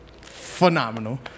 phenomenal